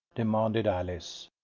demanded alice.